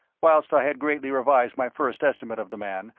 whilst i had greatly revised my first estimate of the man,